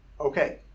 Okay